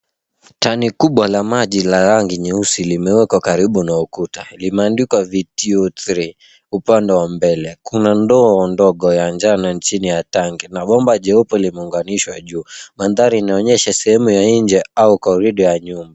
Tanki kubwa la maji la rangi nyeusi limewekwa karibu na ukuta. Limeandikwa vectus upande wa mbele. Kuna ndoo ya njano chini ya tanki na bomba nyeupe imeunganishwa juu. Mandhari inaonyesha sehemu ya nje au corridor ya nyumba.